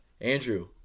Andrew